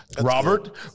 Robert